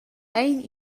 ein